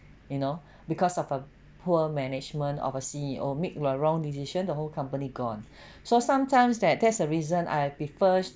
you know because of a poor management of a C_E_O make the wrong decision the whole company gone so sometimes that that's the reason I prefers